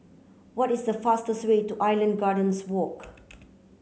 what is the fastest way to Island Gardens Walk